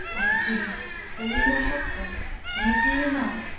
i repeated there is no help for it and, if ye will not,